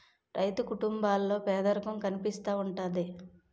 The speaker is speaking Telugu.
రైతు కుటుంబాల్లో పేదరికం కనిపిస్తా ఉంటది